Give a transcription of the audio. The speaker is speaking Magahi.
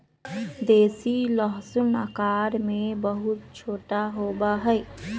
देसी लहसुन आकार में बहुत छोटा होबा हई